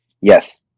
yes